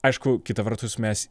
aišku kita vertus mes